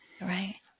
right